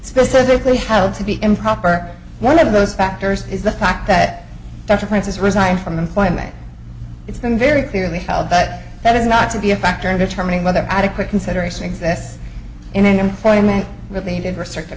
specifically held to be improper one of those factors is the fact that references resign from employment it's been very clearly held but that is not to be a factor in determining whether adequate consideration exists in an employment related res